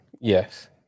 Yes